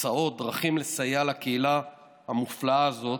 הצעות, דרכים לסייע לקהילה המופלאה הזאת,